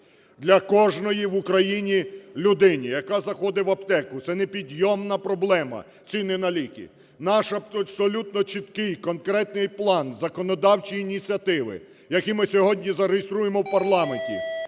Для кожної в Україні людини, яка заходить в аптеку, – це не підйомна проблема ціни на ліки. Наш абсолютно чіткий і конкретний план законодавчої ініціативи, який ми сьогодні зареєструємо в парламенті,